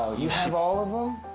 you have all of them?